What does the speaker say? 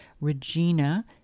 Regina